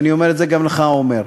אני אומר את זה גם לך, עמר.